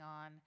on